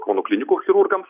kauno klinikų chirurgams